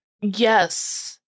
Yes